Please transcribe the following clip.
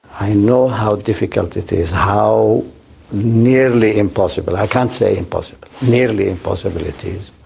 i know how difficult it is how nearly impossible. i can't say impossible nearly impossible it is.